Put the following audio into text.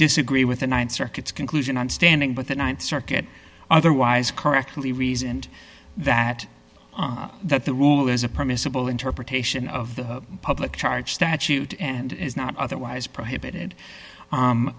disagree with the th circuit's conclusion on standing with the th circuit otherwise correctly reasoned that that the rule is a permissible interpretation of the public charge statute and is not otherwise prohibited